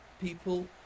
people